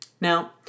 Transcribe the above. Now